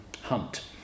Hunt